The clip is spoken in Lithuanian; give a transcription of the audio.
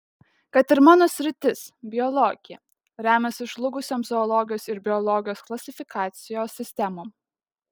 kad ir mano sritis biologija remiasi žlugusiom zoologijos ir biologijos klasifikacijos sistemom